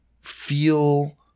feel